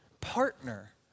partner